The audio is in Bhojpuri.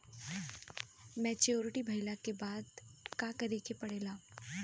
मैच्योरिटी भईला के बाद का करे के पड़ेला?